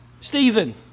Stephen